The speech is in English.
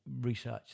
research